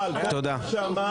תודה.